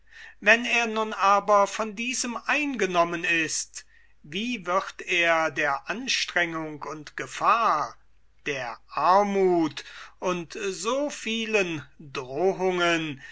wenn er nun aber von diesem eingenommen ist wie wird er der anstrengung und gefahr der armuth und so vielen drohungen